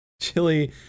Chili